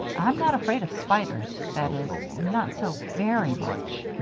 i'm not afraid of spiders that is, not so very much.